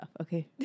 Okay